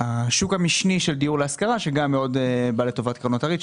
השוק המשני של דיור להשכרה בא לטובת קרנות הריט,